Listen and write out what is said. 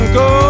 go